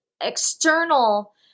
external